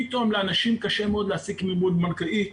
פתאום לאנשים קשה מאוד להשיג מימון בנקאי,